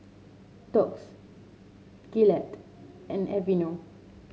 Doux Gillette and Aveeno